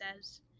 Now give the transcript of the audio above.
says